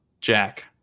Jack